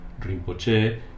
Rinpoche